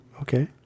okay